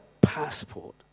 passport